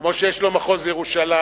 כמו שיש לו מחוז ירושלים,